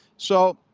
so